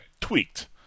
Tweaked